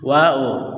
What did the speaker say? wow